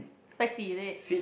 spicy is it